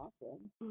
Awesome